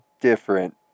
different